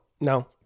no